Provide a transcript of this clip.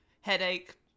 headache